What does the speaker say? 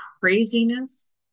craziness